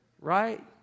Right